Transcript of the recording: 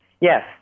Yes